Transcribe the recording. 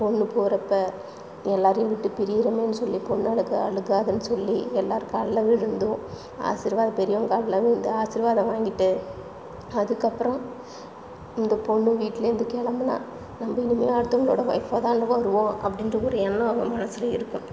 பொண்ணுப் போறப்போ எல்லாரையும் விட்டு பிரியிறோமேன்னு சொல்லி பொண்ணு அழுக அழுகாதன்னு சொல்லி எல்லார் காலில் விழந்தும் ஆசீர்வாதம் பெரியவங்க காலில் விழந்து ஆசிர்வாதம் வாங்கிட்டு அதற்கப்பறம் இந்த பொண்ணு வீட்லேருந்து கிளம்புனா நம்ப இனிமே அடுத்தவங்களோட ஒய்ஃப்பாக தானே வருவோம் அப்படின்ற ஒரு எண்ணம் அவங்க மனசில் இருக்கும்